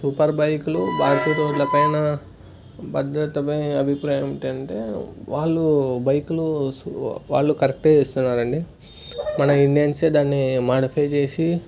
super బైకులు భారత రోడ్ల పైన భధ్రతపై మీ అభిప్రాయం ఏంటంటే వాళ్ళు బైకులు వాళ్ళు కరెక్ట్ చేస్తున్నారు అండి మన ఇండియన్స్ దాన్ని మాడిఫై చేసి